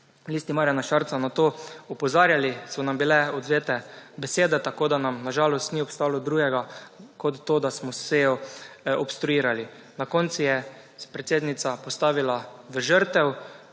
Listi Marjana Šarca na to opozarjali so nam bile odvzete besede, tako da nam na žalost ni ostalo drugega kot to, da smo sejo obstruirali. Na koncu se je predsednica postavila v žrtev,